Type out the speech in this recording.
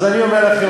אז אני אומר לכם,